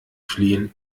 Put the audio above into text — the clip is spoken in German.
fliehen